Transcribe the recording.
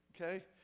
okay